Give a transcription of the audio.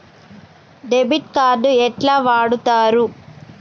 Debit card ఎట్లా వాడుతరు?